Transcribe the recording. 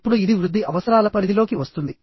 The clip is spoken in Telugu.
ఇప్పుడు ఇది వృద్ధి అవసరాల పరిధిలోకి వస్తుంది